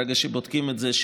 ברגע שבודקים את זה.